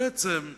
בעצם,